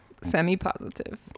semi-positive